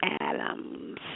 Adams